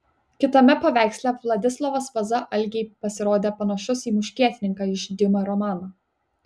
kitame paveiksle vladislovas vaza algei pasirodė panašus į muškietininką iš diuma romano